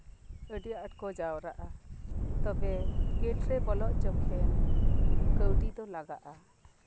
ᱟᱹᱰᱤ ᱟᱸᱴᱠᱚ ᱡᱟᱣᱨᱟᱜᱼᱟ ᱛᱚᱵᱮ ᱜᱮᱹᱴ ᱨᱮ ᱵᱚᱞᱚᱜ ᱡᱚᱠᱷᱮᱱ ᱠᱟᱹᱣᱰᱤ ᱫᱚ ᱞᱟᱜᱟᱜᱼᱟ